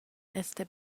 este